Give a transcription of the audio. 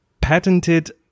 patented